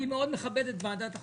אני מאוד מכבד את ועדת החוקה,